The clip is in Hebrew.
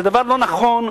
זה דבר לא נכון,